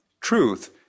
truth